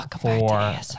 four